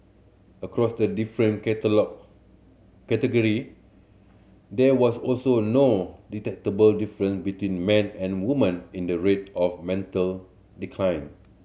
across the different catalogue category there was also no detectable difference between men and woman in the rate of mental decline